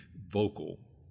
vocal